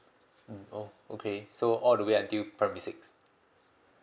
mm oh okay so all the way until primary six